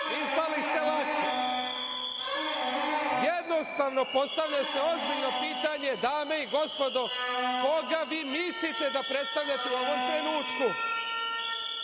ispali ste laki. Jednostavno postavlja se ozbiljno pitanje dame i gospodo koga vi mislite da predstavljate u ovom trenutku? Ne